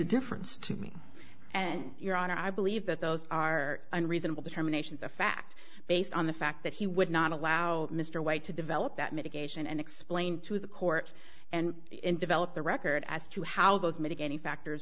a difference to me and your honor i believe that those are reasonable determinations of fact based on the fact that he would not allow mr white to develop that mitigation and explain to the court and develop the record as to how those mitigating factors